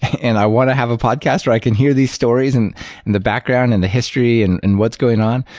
and i want to have a podcast where i can hear these stories in and and the background and the history and and what's going on.